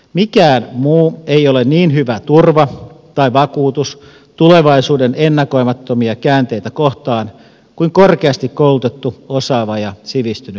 mikään muu ei ole niin hyvä turva tai vakuutus tulevaisuuden ennakoimattomia käänteitä kohtaan kuin korkeasti koulutettu osaava ja sivistynyt väestö